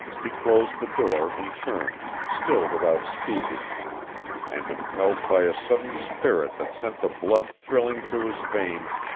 he closed the door and turned, still without speaking and, impelled by a sudden spirit that sent the blood thrilling through his veins,